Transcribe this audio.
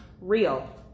real